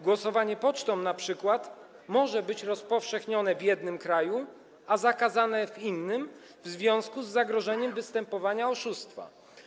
Głosowanie pocztą na przykład, może być rozpowszechnione w jednym kraju a zakazane w innym, w związku z zagrożeniem występowania oszustwa”